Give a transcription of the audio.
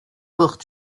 portent